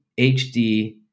HD